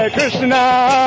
Krishna